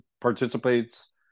participates